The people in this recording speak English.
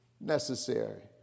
necessary